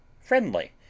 friendly